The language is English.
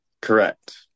Correct